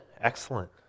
Excellent